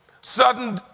sudden